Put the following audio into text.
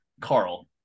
Carl